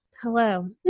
Hello